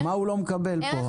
מה הוא לא מקבל פה?